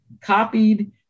copied